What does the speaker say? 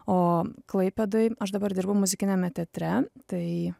o klaipėdoj aš dabar dirbu muzikiniame teatre tai